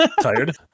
Tired